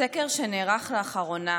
"סקר שנערך לאחרונה